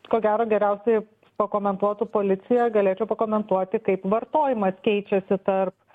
ko gero geriausiai pakomentuotų policija galėčiau pakomentuoti kaip vartojimas keičiasi tarp